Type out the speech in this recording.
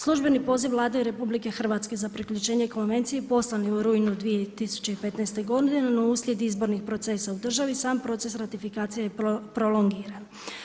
Službeni poziv Vlade RH za priključenje konvencije poslan je u rujnu 2015. godine no uslijed izbornih procesa u državi, sam proces ratifikacije je prolongiran.